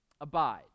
Abide